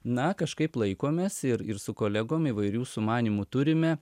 na kažkaip laikomės ir ir su kolegom įvairių sumanymų turime